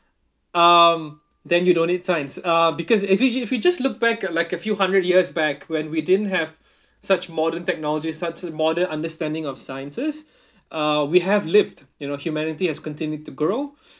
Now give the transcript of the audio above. um then you don't need science uh because if you j~ if you just look back at like a few hundred years back when we didn't have such modern technology such modern understanding of sciences uh we have lived you know humanity has continued to grow